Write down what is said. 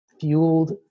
fueled